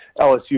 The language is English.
LSU